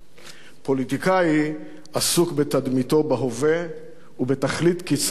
פוליטיקאי עסוק בתדמיתו בהווה ובתכלית קצרת מועד,